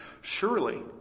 Surely